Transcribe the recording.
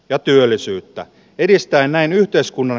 ja työllisyyttä edistää näin yhteiskunnan